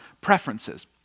preferences